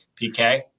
PK